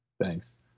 thanks